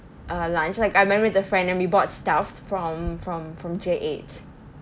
uh lunch like I went with a friend and we bought stuffed from from from J eight